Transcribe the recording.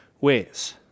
ways